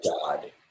god